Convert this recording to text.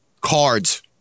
cards